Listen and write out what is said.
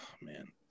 man